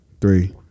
three